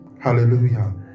Hallelujah